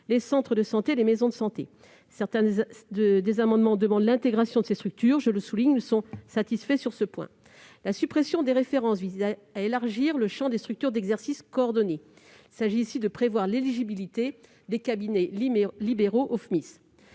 les centres de santé et les maisons de santé. Certains des amendements visant à l'intégration de ces structures sont donc satisfaits sur ce point. La suppression des références vise à élargir le champ des structures d'exercice coordonné. Il s'agit, ici, de prévoir l'éligibilité des cabinets libéraux au FMIS.